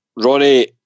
Ronnie